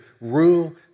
rule